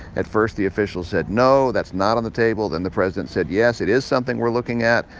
at first, the officials said, no, that's not on the table. then the president said, yes, it is something we're looking at.